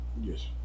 Yes